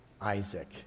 Isaac